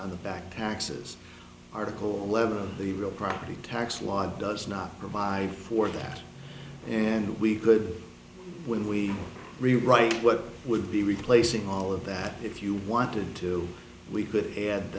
on the back taxes article level the real property tax law does not provide for that and we could when we rewrite what would be replacing all of that if you wanted to we could